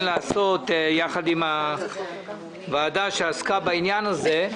לעשות ביחד עם הוועדה שעסקה בעניין הזה,